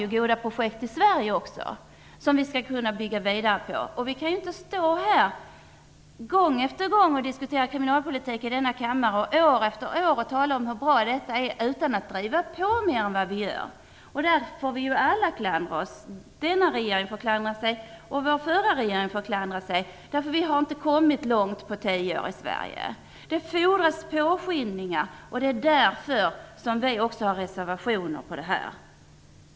Men vi har också i Sverige goda projekt, som vi skall kunna bygga vidare på. Vi kan inte år efter år diskutera kriminalpolitik i denna kammare utan att driva på mer än vad vi nu gör. Vi får alla klandra oss själva. Det gäller både den nuvarande och den förra regeringen. Vi har i Sverige under de senaste tio åren inte kommit långt på detta område. Det krävs mer av åtgärder, och det är därför som vi har avgivit våra reservationer.